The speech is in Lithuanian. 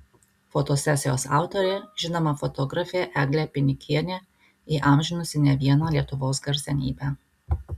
fotosesijos autorė žinoma fotografė eglė pinikienė įamžinusi ne vieną lietuvos garsenybę